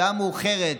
שעה מאוחרת,